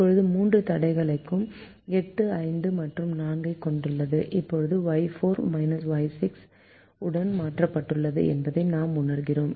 இப்போது மூன்று தடைகளும் 8 5 மற்றும் 4 ஐக் கொண்டுள்ளன இப்போது Y4 Y6 உடன் மாற்றப்பட்டுள்ளது என்பதை நாம் உணர்கிறோம்